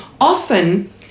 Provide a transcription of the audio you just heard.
often